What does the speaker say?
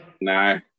No